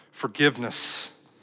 forgiveness